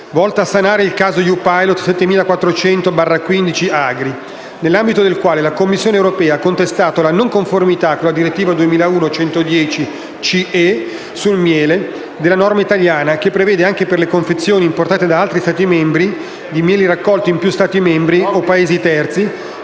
volta a sanare il caso EU Pilot 7400/15/AGRI, nell'ambito del quale la Commissione europea ha contestato la non conformità, con la direttiva 2001/110/CE sul miele, della norma italiana che prevede, anche per le confezioni importate da altri Stati membri, di mieli raccolti in più Stati membri o Paesi terzi,